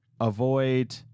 Avoid